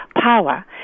power